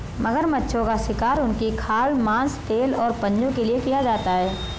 मगरमच्छों का शिकार उनकी खाल, मांस, तेल और पंजों के लिए किया जाता है